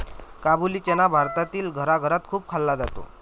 काबुली चना भारतातील घराघरात खूप खाल्ला जातो